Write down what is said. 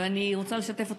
ואני רוצה לשתף אותך,